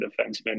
defenseman